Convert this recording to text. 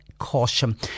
caution